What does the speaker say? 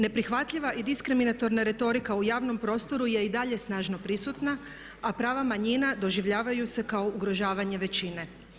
Neprihvatljiva i diskriminatorna retorika u javnom prostoru je i dalje snažno prisutna a prava manjina doživljavaju se kao ugrožavanje većine.